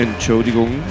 Entschuldigung